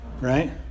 right